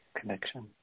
connection